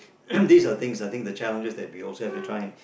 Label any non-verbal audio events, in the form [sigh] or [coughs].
[coughs] these are things I think the challenges we also have to try and